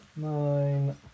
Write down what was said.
Nine